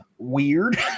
weird